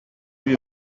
lui